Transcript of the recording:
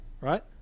right